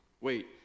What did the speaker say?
wait